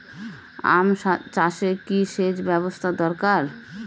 আম চাষে কি সেচ ব্যবস্থা দরকার?